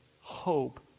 hope